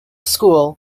school